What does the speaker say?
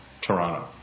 Toronto